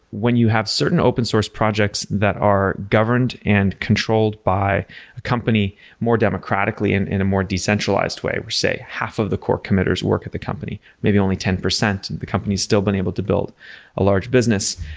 when you have certain open source projects that are governed and controlled by a company more democratically and in a more decentralized way, say, half of the core committers work at the company, maybe only ten percent, and the company still been able to build a large business.